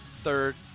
third